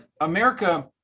America